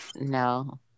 No